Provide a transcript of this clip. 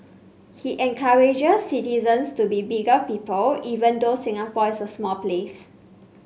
he encourages citizens to be bigger people even though Singapore is a small place